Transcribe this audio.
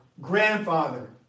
grandfather